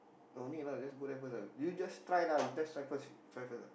no need lah just go there first lah you just try lah you just try first try first ah